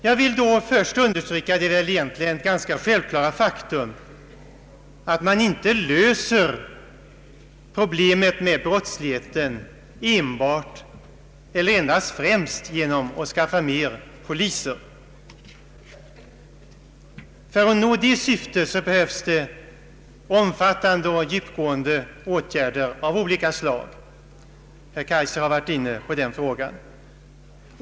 Jag vill först understryka det egentligen ganska självklara faktum, att man inte löser problemet med brottsligheten enbart eller ens främst genom att skaffa fler poliser. För att nå det syftet behövs omfattande och djupgående åtgärder av olika slag — herr Kaijser har varit inne på den frågan.